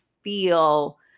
feel